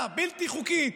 החיזבאללה, בלתי חוקית,